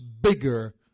bigger